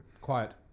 Quiet